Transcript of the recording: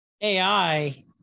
AI